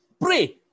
Pray